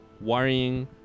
worrying